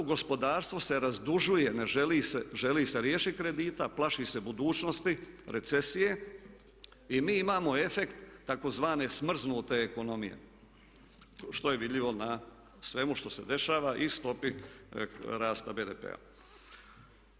Gospodarstvo se razdužuje, želi se riješiti kredita, plaši se budućnosti, recesije i mi imamo efekt tzv. "smrznute" ekonomije što je vidljivo na svemu što se dešava i stopi rasta BDP-a.